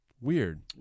Weird